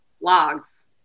logs